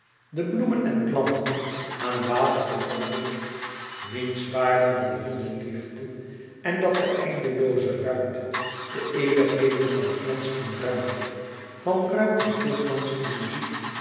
de bloemen en planten aan wateren van licht niets waren dan hunne liefde en dat de eindelooze ruimte de eeuwigheden van glans en ruimte van ruimten vol glans en muziek